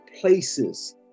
places